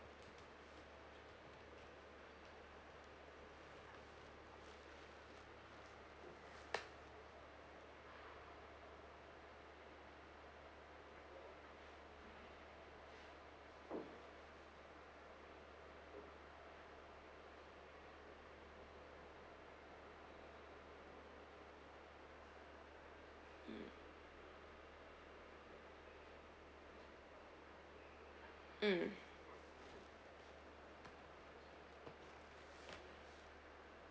mm